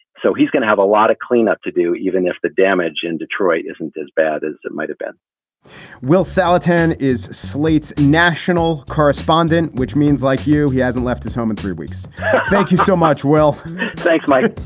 so he's going to have a lot of cleanup to do, even if the damage in detroit isn't as bad as it might have been will sal atten is slate's national correspondent. which means, like you, he hasn't left his home in three weeks. thank you so much, wealth thanks, mike